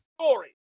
story